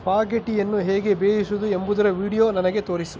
ಸ್ಪಾಗೆಟಿಯನ್ನು ಹೇಗೆ ಬೇಯಿಸುವುದು ಎಂಬುದರ ವೀಡಿಯೊ ನನಗೆ ತೋರಿಸು